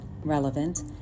relevant